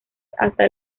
hasta